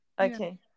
Okay